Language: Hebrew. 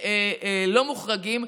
לא מוחרגים?